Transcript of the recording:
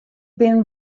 bin